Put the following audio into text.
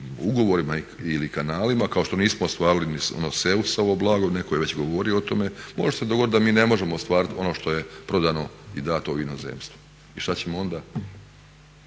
ugovorima ili kanalima kao što nismo ostvarili ni ono Seusovo blago, neko je već govorio o tome, može se dogoditi da mi ne možemo ostvariti ono što je prodano i dato u inozemstvo i šta ćemo onda?